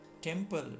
temple